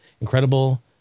incredible